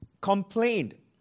complained